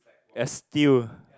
as steal